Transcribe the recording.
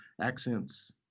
accents